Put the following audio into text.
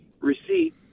receipt